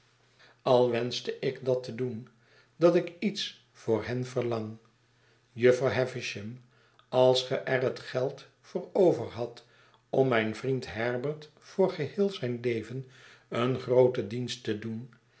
al wenschte ik dat te doen dat ik iets voor hen v erlang jufvrouw havisham als ge er het geld voor overhadt om mijn vriend herbert voor geheel zijn leven een grooten dienst te doen